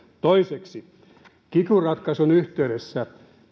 toiseksi kiky ratkaisun yhteydessä